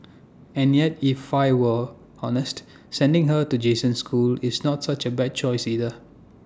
and yet if I were honest sending her to Jason's school is not such A bad choice either